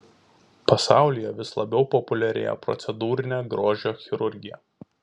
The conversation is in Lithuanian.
pasaulyje vis labiau populiarėja procedūrinė grožio chirurgija